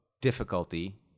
difficulty